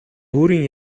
өөрийн